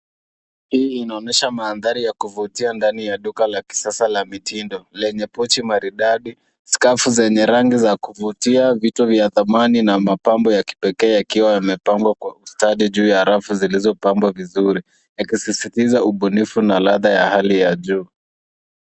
Hii inaonyesha mandhari ya kuvutia ndani ya duka la kisasa la mitindo lenye pochi maridadi, skafu zenye rangi za kuvutia, vitu vya thamani na mapambo ya kipekee, yakiwa yamepangwa kwa ustadi juu ya rafu zilizopambwa vizuri, yakisisitiza ubunifu na ladha ya hali ya juu.